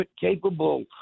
capable